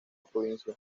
provincia